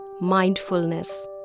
mindfulness